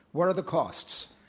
what are the costs?